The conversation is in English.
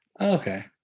Okay